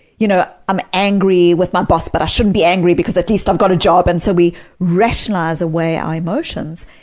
you know i'm angry with my boss but i shouldn't be angry because at least i've got a job and so we rationalize away our emotions.